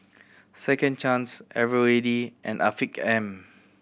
Second Chance Eveready and Afiq M